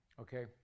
okay